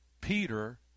Peter